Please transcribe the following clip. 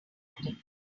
abandoned